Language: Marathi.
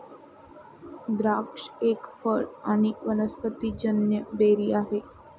द्राक्ष एक फळ आणी वनस्पतिजन्य बेरी आहे